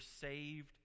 saved